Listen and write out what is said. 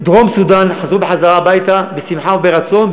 מסתננים מדרום-סודאן חזרו הביתה בשמחה וברצון,